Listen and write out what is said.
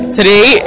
Today